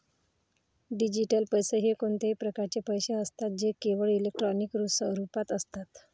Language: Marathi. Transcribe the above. डिजिटल पैसे हे कोणत्याही प्रकारचे पैसे असतात जे केवळ इलेक्ट्रॉनिक स्वरूपात असतात